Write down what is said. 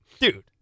Dude